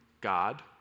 God